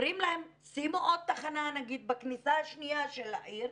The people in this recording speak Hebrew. אומרים להם, שימו עוד תחנה בכניסה השנייה של העיר.